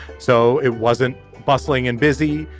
so it wasn't bustling and busy.